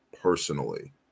personally